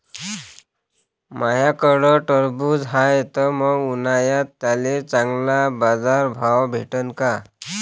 माह्याकडं टरबूज हाये त मंग उन्हाळ्यात त्याले चांगला बाजार भाव भेटन का?